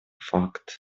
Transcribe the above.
факт